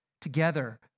together